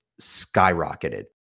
skyrocketed